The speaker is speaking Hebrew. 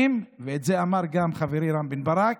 ואת זה אמר גם חברי רם בן ברק,